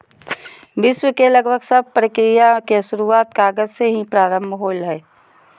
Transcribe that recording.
विश्व के लगभग सब प्रक्रिया के शुरूआत कागज से ही प्रारम्भ होलय हल